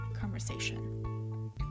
conversation